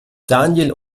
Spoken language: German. daniel